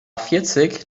vierzig